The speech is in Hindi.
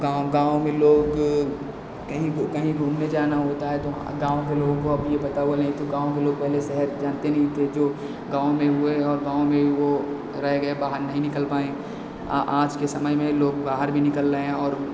गाँव गाँव में लोग कहीं गु कहीं घूमने जाना होता है तो गाँव के लोगों को अब यह पता हुआ नहीं तो गाँव के लोग पहले शहर जाते नहीं थे जो गाँव में हुए और गाँव में वह रह गए बाहर नहीं निकल पाए आ आज के समय में लोग बाहर भी निकल रहे हैं और